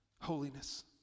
holiness